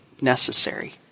necessary